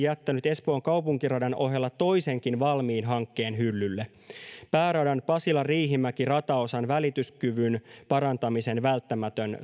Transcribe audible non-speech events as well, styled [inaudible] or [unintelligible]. [unintelligible] jättänyt espoon kaupunkiradan ohella toisenkin valmiin hankkeen hyllylle pääradan pasila riihimäki rataosan välityskyvyn parantamisen välttämättömän